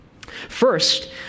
First